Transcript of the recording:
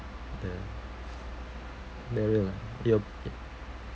the burial lah you're